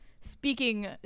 Speaking